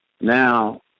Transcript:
Now